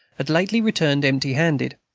had lately returned empty-handed,